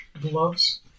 gloves